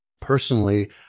Personally